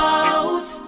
out